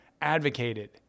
advocated